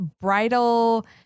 bridal